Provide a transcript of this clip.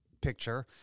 picture